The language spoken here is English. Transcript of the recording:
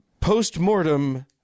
post-mortem